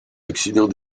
accident